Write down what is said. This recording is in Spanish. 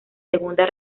segunda